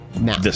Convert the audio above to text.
now